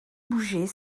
bouger